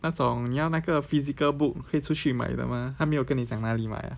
那种你要那个 physical book 可以出去买的 mah 他没有跟你讲哪里买 ah